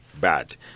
Bad